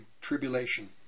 tribulation